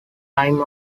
time